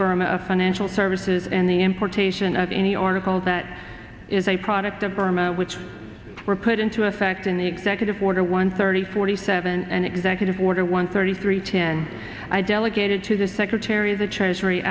burma financial services and the importation of any article that is a product of burma which were put into effect in the executive order one thirty forty seven and executive order one thirty three ten i delegated to the secretary of the treasury